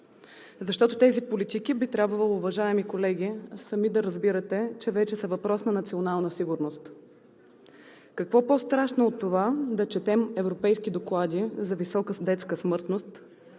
защото тези политики би трябвало, уважаеми колеги, сами да разбирате, че вече са въпрос на национална сигурност. Какво по-страшно от това да четем европейски доклади за висока детска смъртност